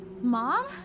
Mom